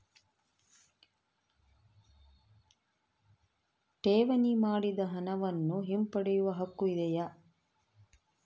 ಠೇವಣಿ ಮಾಡಿದ ಹಣವನ್ನು ಹಿಂಪಡೆಯವ ಹಕ್ಕು ಇದೆಯಾ?